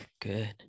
good